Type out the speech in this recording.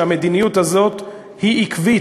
שהמדיניות הזאת היא עקבית,